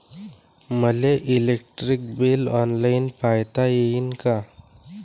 मले electric bill online पायता येईन का?